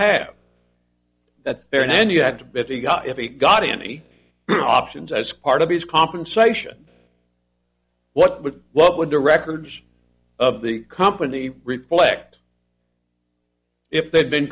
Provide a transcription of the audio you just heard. got if he got any options as part of his compensation what would what would the records of the company reflect if they'd been